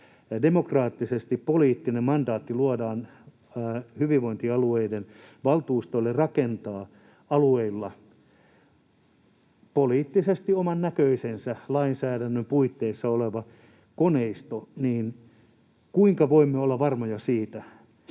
demokraattisesti poliittinen mandaatti luodaan hyvinvointialueiden valtuustoille rakentaa alueilla poliittisesti omannäköisensä, lainsäädännön puitteissa oleva koneisto, niin kuinka voimme olla varmoja siitä,